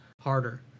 harder